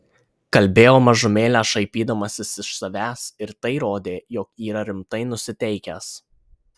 kalbėjo mažumėlę šaipydamasis iš savęs ir tai rodė jog yra rimtai nusiteikęs